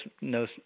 no